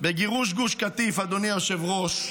בגירוש גוש קטיף, אדוני היושב-ראש.